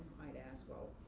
might ask, well,